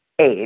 age